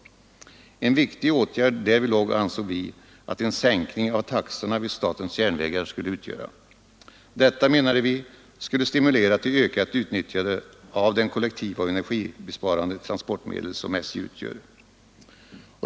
En viktig sak därvidlag ansåg vi att en sänkning av taxorna vid statens järnvägar skulle utgöra. Detta skulle stimulera till ökat utnyttjande av det kollektiva och energibesparande transportmedel som SJ utgör.